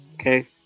Okay